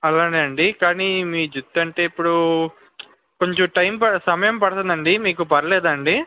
అలానే అండి కానీ మీ జుట్టు అంటే ఇప్పుడు కొంచెం టైమ్ పడ సమయం పడుతుంది అండి మీకు పర్లేదా అండి